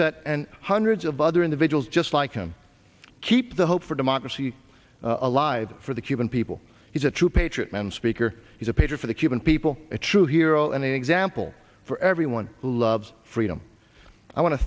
set and hundreds of other individuals just like him keep the hope for democracy alive for the cuban people he's a true patriot and speaker he's a pitcher for the cuban people a true hero an example for everyone who loves freedom i want to